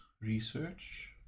research